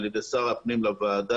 על ידי שר הפנים לוועדה,